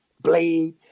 blade